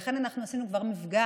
לכן אנחנו עשינו מפגש